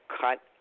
cut